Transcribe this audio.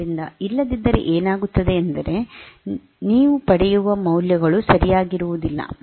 ಆದ್ದರಿಂದ ಇಲ್ಲದಿದ್ದರೆ ಏನಾಗುತ್ತದೆ ಎಂದರೆ ನೀವು ಪಡೆಯುವ ಮೌಲ್ಯಗಳು ಸರಿಯಾಗಿರುವುದಿಲ್ಲ